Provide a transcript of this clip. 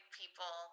people